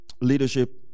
leadership